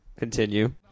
Continue